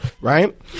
right